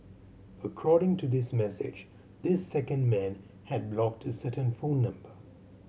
according to this message this second man had blocked a certain phone number